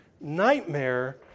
nightmare